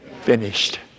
finished